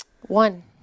one